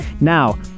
now